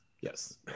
Yes